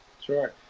Sure